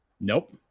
Nope